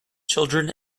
children